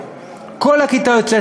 לכל הכיתה יש טאבלט,